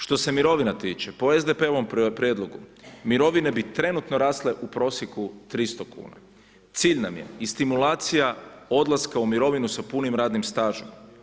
Što se mirovina tiče, po SDP-ovom prijedlogu mirovine bi trenutno rasle u prosjeku 300 kuna, cilj nam je i stimulacija odlaska u mirovinu sa punim radnim stažem.